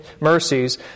mercies